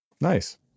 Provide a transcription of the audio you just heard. Nice